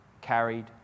carried